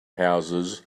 houses